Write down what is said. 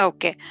Okay